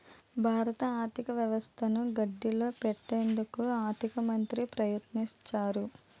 భారత ఆర్థిక వ్యవస్థను గాడిలో పెట్టేందుకు ఆర్థిక మంత్రి ప్రయత్నిస్తారు